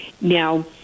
Now